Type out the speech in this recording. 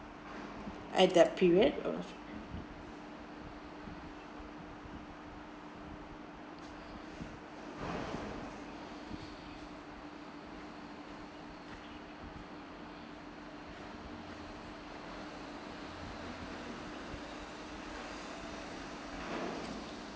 at that period of